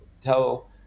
tell